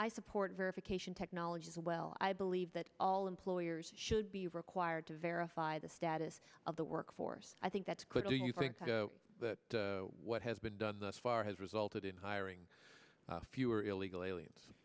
i support verification technology as well i believe that all employers should be required to verify the status of the workforce i think that's clear do you think that what has been done thus far has resulted in hiring fewer illegal aliens